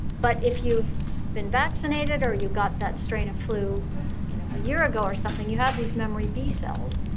but if you've been vaccinated or you've got that strain of flu you know a year ago or something, you have these memory b cells,